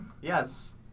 Yes